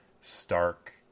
stark